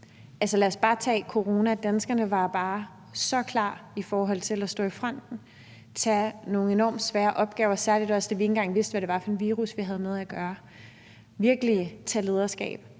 på. Lad os bare tage corona: Danskerne var bare så klar til at stå i fronten, tage nogle enormt svære opgaver, særlig også da vi ikke engang vidste, hvad det var for en virus, vi havde med at gøre. Der blev virkelig taget lederskab,